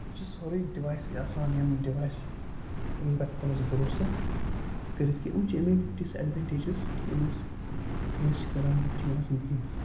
یہِ چھُ سورُے ڈِوایسٕے آسان یِم ڈِوایسٕے یِمَن پٮ۪ٹھ ہٮ۪کو نہٕ أسۍ بَروسہٕ کٔرِتھ کینٛہہ یِم چھِ اَمِکۍ ڈِس اٮ۪ڈوٮ۪نٹیجٕس یِم أسۍ فیس چھِ کَران روزمَرہ زنٛدگی منٛز